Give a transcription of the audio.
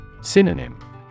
Synonym